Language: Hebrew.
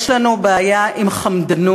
יש לנו בעיה עם חמדנות